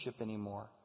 anymore